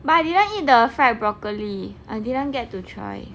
but I didn't eat the fried broccoli I didn't get to try